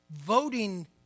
voting